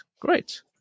Great